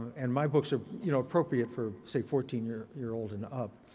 and my books are, you know, appropriate for say fourteen year year old and up.